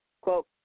Quote